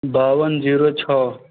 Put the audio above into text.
बावन जीरो छओ